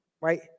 Right